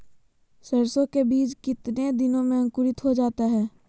सरसो के बीज कितने दिन में अंकुरीत हो जा हाय?